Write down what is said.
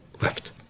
left